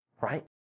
right